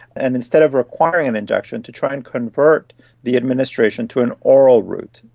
and instead of requiring an injection to try and convert the administration to an oral route.